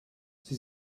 sie